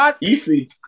easy